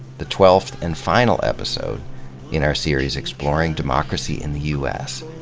the twelfth and final episode in our series exploring democracy in the u s.